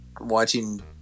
watching